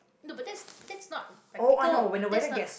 no but that's that's not practical that's not